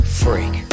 freak